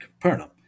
Capernaum